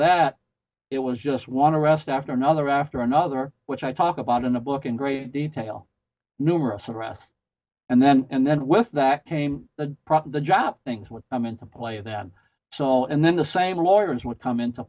that it was just want to rest after another after another which i talk about in the book in great detail numerous arrests and then and then with that came to the job things would come into play then so and then the same lawyers would come into